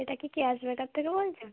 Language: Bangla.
এটা কি থেকে কেয়াস বেকার থেকে বলছেন